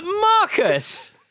Marcus